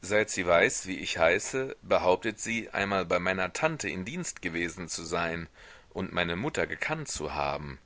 seit sie weiß wie ich heiße behauptet sie einmal bei meiner tante in dienst gewesen zu sein und meine mutter gekannt zu haben